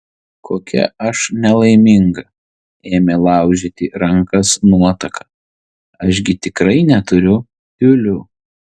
kokia aš nelaiminga ėmė laužyti rankas nuotaka aš gi tikrai neturiu tiulių